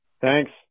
thanks